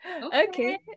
okay